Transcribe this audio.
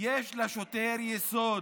יש לשוטר יסוד